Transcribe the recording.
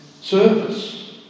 service